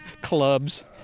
clubs